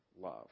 love